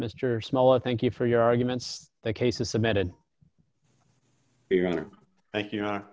mr small i thank you for your arguments the case is submitted your honor thank you